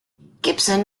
gibson